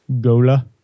Gola